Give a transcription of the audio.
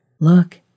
Look